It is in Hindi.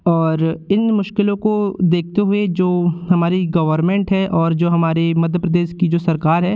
और इन मुश्किलों को देखते हुए जो हमारी गवर्मेंट है और जो हमारी मध्य प्रदेश की जो सरकार है